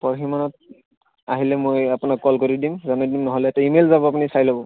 পৰহিমানত আহিলে মই আপোনাক কল কৰি দিম জনাই দিম নহ'লে ই মেইল যাব আপুনি চাই ল'ব